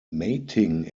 mating